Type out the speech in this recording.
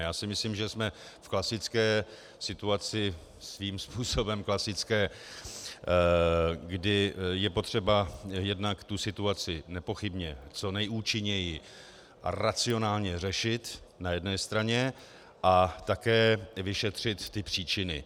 Já si myslím, že jsme v klasické situaci, svým způsobem klasické, kdy je potřeba jednak tu situaci nepochybně co nejúčinněji a racionálně řešit na jedné straně a také vyšetřit ty příčiny.